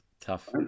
tough